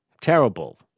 Terrible